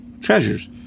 treasures